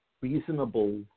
reasonable